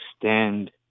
extend